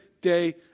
day